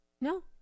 No